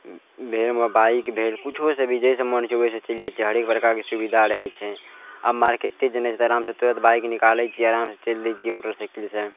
van वा bike भेल कुछोसँ भी जैसे मोन ओइसँ चलि जाइ छियै तै प्रकारके सुविधा रहय छै आब मार्केटसे जेनाइ छै तऽ आरामसँ तुरत बाइक निकालय छियै आरामसँ चलि दै छियै मोटरसाइकिलसँ